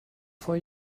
for